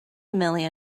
million